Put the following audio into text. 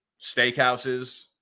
Steakhouses